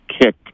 kick